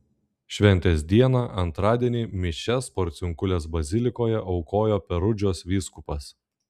šventės dieną antradienį mišias porciunkulės bazilikoje aukojo perudžos vyskupas